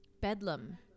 Bedlam